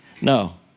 no